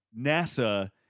NASA